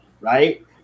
right